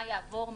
מה יעבור,